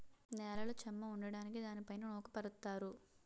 నేలలో చెమ్మ ఉండడానికి దానిపైన ఊక పరుత్తారు